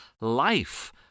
life